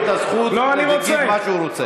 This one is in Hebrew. לשר יש את הזכות להגיד מה שהוא רוצה.